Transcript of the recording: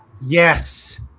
Yes